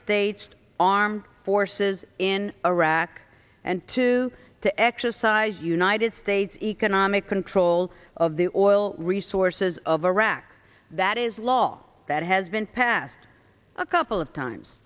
states armed forces in iraq and to to exercise united states economic control of the oil resources of iraq that is law that has been passed a couple of times